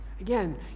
Again